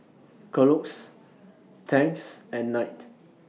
Kellogg's Tangs and Knight